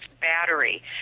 battery